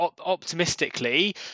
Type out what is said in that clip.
optimistically